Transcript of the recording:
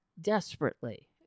desperately